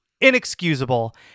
inexcusable